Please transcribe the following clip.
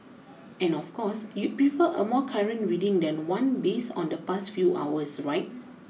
and of course you'd prefer a more current reading than one based on the past few hours right